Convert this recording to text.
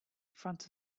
front